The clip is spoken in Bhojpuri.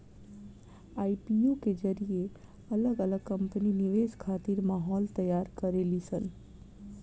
आई.पी.ओ के जरिए अलग अलग कंपनी निवेश खातिर माहौल तैयार करेली सन